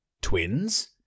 Twins